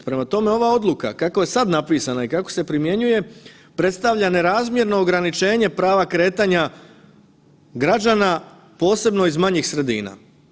Prema tome, ova odluka kako je sad napisana i kako se primjenjuje predstavlja nerazmjerno ograničenje prava kretanja građana, posebno iz manjih sredina.